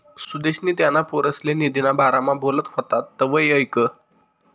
सुदेशनी त्याना पोरसले निधीना बारामा बोलत व्हतात तवंय ऐकं